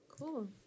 Cool